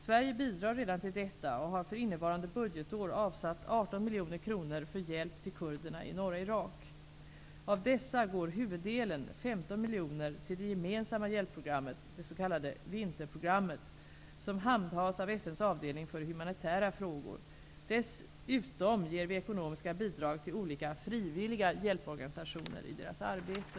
Sverige bidrar redan till detta och har för innevarande budgetår avsatt 18 miljoner kronor för hjälp till kurderna i norra Irak. Av dessa går huvuddelen, 15 miljoner, till det gemensamma hjälpprogrammet -- det s.k. ''Vinterprogrammet'' --, som handhas av FN:s avdelning för humanitära frågor. Dessutom ger vi ekonomiska bidrag till olika frivilliga hjälporganisationer i deras arbete.